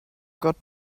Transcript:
got